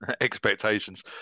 expectations